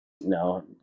no